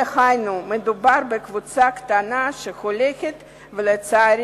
דהיינו, מדובר בקבוצה קטנה, שלצערי